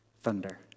Thunder